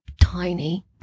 tiny